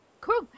Cool